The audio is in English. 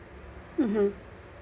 mm no